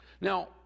Now